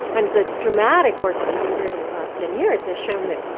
and the dramatic work that we've been doing in the last ten years has shown that,